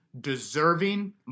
deserving